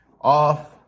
Off